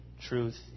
truth